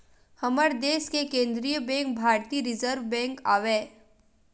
हमर देस के केंद्रीय बेंक भारतीय रिर्जव बेंक आवय